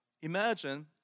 Imagine